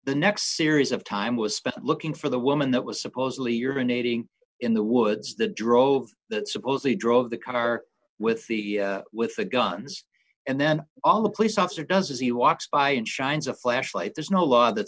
the next series of time was spent looking for the woman that was supposedly or been aiding in the woods that drove that suppose he drove the car with the with the guns and then all the police officer does is he walks by and shines a flashlight there's no law that